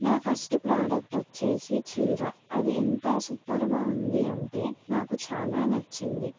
నా first product వచ్చేసి చీర అది ఎంత సూపర్గా ఉంది అంటే నాకు చాలా నచ్చింది